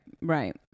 right